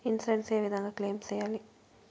Insurance ఏ విధంగా claim సేయాలి?